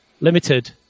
limited